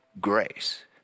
grace